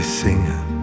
singing